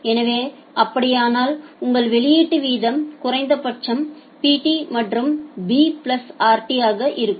எனவே அப்படியானால் உங்கள் வெளியீட்டு வீதம் குறைந்தபட்சம் Pt மற்றும் b plus rt ஆக இருக்கும்